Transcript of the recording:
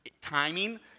timing